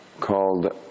called